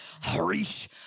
Harish